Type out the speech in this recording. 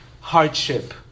hardship